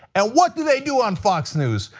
and what do they do on fox news?